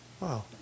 Wow